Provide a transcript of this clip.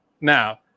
now